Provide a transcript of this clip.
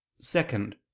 second